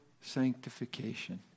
sanctification